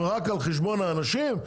רק על חשבון האנשים?